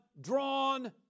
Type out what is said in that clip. drawn